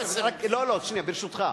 לא, שנייה, ברשותך.